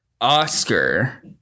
Oscar